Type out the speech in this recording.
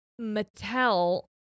Mattel